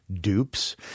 dupes